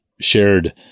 shared